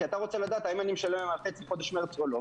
כי אתה רוצה לדעת האם אני משלם על חצי חודש מרץ או לא,